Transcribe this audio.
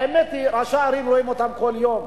האמת היא שראשי הערים רואים אותם כל יום,